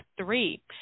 three